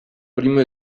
primo